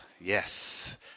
yes